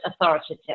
authoritative